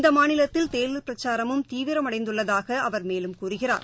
இந்தமாநிலத்தில் தேர்தல் பிரச்சாரமும் தீவிரமடைந்துள்ளதாகஅவர் மேலும் கூறுகிறார்